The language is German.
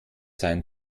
sein